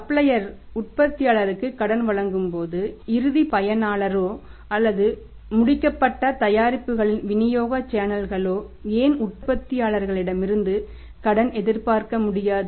சப்ளையர்கள் உற்பத்தியாளருக்கு கடன் வழங்கும்போது இறுதி பயனரோ அல்லது முடிக்கப்பட்ட தயாரிப்புகளின் விநியோக சேனல்களோ ஏன் உற்பத்தியாளரிடமிருந்து கடன் எதிர்பார்க்க முடியாது